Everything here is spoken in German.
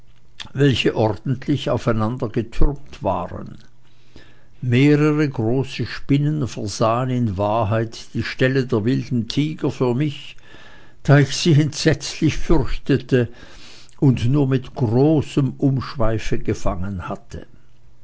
welche ordentlich aufeinandergetürmt waren mehrere große spinnen versahen in wahrheit die stelle der wilden tiger für mich da ich sie entsetzlich fürchtete und nur mit großem umschweife gefangen hatte